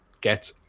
get